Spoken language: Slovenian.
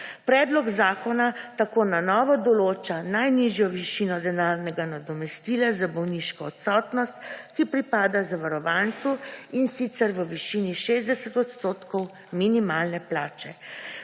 Predlog zakona tako na novo določa najnižjo višino denarnega nadomestila za bolniško odsotnost, ki pripada zavarovancu, in sicer v višini 60 odstotkov minimalne plače.